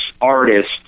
artist